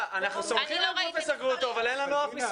אנחנו סומכים על פרופסור גרוטו אבל אין לנו מספרים.